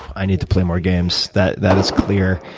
i need to play more games that that is clear.